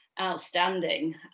outstanding